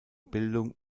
bildung